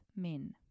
men